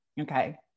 okay